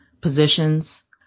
positions